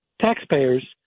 taxpayers